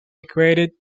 equated